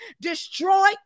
destroy